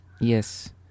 yes